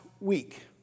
week